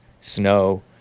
snow